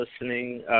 listening